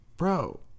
Bro